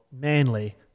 Manly